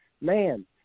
man